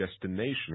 destination